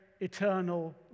eternal